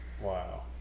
Wow